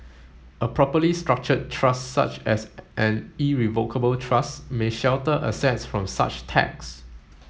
a properly structured trust such as an irrevocable trust may shelter assets from such tax